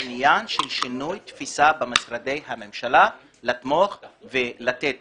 עניין של שינוי תפיסה במשרדי הממשלה לתמוך ולתת